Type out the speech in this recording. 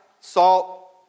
salt